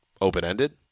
open-ended